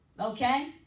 okay